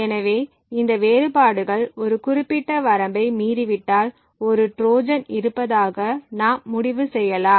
எனவே இந்த வேறுபாடுகள் ஒரு குறிப்பிட்ட வரம்பை மீறிவிட்டால் ஒரு ட்ரோஜன் இருப்பதாக நாம் முடிவு செய்யலாம்